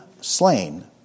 slain